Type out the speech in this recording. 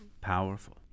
powerful